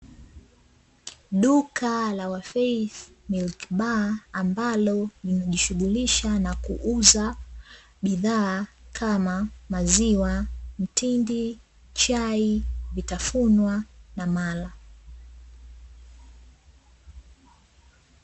Duka la "Wafeys milk bar" ambalo nishughulisha na kuuza bidhaa, kama maziwa mtindi, chai, vitafunwa na mara.